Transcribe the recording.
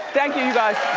thank you, you guys.